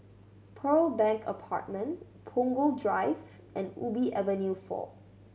Pearl Bank Apartment Punggol Drive and Ubi Avenue Four